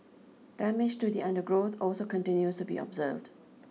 damage to the undergrowth also continues to be observed